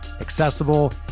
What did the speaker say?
accessible